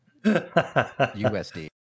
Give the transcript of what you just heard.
USD